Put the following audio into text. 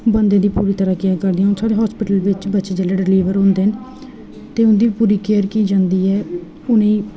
बंदे दी पूरी तरहां केयर करदे न हून साढ़े हास्पिटल बिच्च बच्चे जेह्ड़े डलीवर होंदे न ते उं'दी पूरी केयर की जंदी ऐ उ'नेंगी